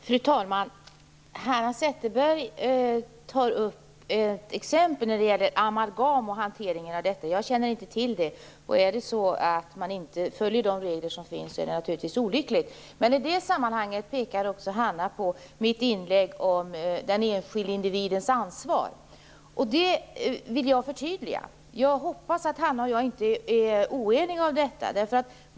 Fru talman! Hanna Zetterberg tar upp ett exempel när det gäller amalgam och hanteringen av detta. Jag känner inte till exemplet. Om det är så att de regler som finns inte följs är det naturligtvis olyckligt. I detta sammanhang pekar Hanna Zetterberg på mitt inlägg om den enskilde individens ansvar, vilket jag vill förtydliga. Jag hoppas att Hanna Zetterberg och jag inte är oeniga om detta.